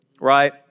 right